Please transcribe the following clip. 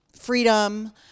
freedom